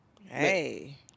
Hey